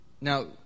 Now